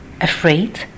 afraid